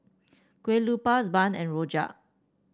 Kue Lupis bun and rojak